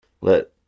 Let